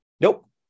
Nope